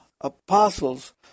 apostles